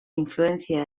influencia